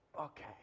Okay